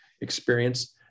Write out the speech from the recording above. experience